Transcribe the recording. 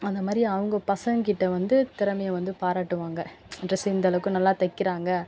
அந்தமாதிரி அவங்க பசங்கக்கிட்ட வந்து திறமையை வந்து பாராட்டுவாங்க டிரஸ் இந்த அளவுக்கு நல்லா தைக்கிறாங்க